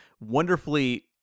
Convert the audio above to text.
wonderfully